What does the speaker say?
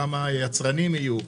כמה יצרנים יהיו,